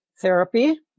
therapy